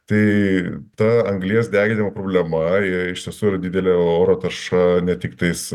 tai ta anglies deginimo problema jei iš tiesų yra didelė oro tarša ne tiktais